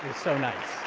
so nice,